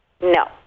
No